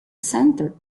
center